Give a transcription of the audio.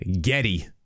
Getty